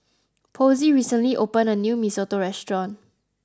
Posey recently opened a new Mee Soto restaurant